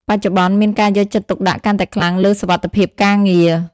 បច្ចុប្បន្ន មានការយកចិត្តទុកដាក់កាន់តែខ្លាំងលើសុវត្ថិភាពការងារ។